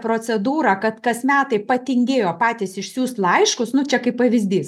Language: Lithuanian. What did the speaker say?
procedūrą kad kas metai patingėjo patys išsiųst laiškus nu čia kaip pavyzdys